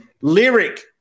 lyric